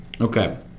Okay